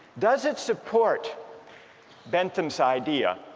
does it support bentham's idea